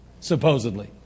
supposedly